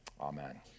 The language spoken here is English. Amen